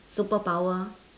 superpower